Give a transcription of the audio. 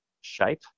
shape